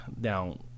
down